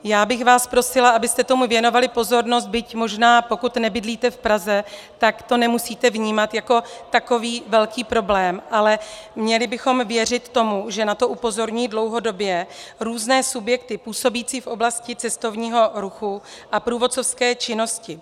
Já bych vás prosila, abyste tomu věnovali pozornost, byť možná pokud nebydlíte v Praze, tak to nemusíte vnímat jako takový velký problém, ale měli bychom věřit tomu, že na to upozorňují dlouhodobě různé subjekty působící v oblasti cestovního ruchu a průvodcovské činnosti.